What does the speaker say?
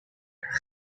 haar